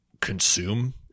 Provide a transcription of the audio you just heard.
consume